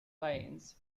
planes